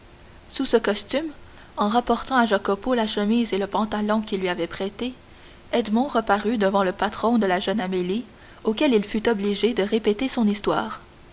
sous ce costume en rapportant à jacopo la chemise et le pantalon qu'il lui avait prêtés qu'edmond reparut devant le patron de la jeune amélie auquel il fut obligé de répéter son histoire